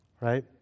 Right